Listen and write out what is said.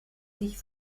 sich